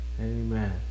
Amen